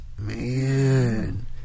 Man